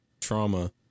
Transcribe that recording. trauma